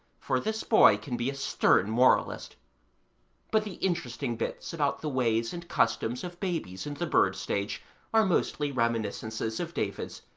for this boy can be a stern moralist but the interesting bits about the ways and customs of babies in the bird-stage are mostly reminiscences of david's,